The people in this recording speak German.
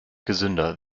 gesünder